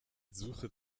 suche